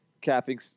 capping